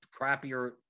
crappier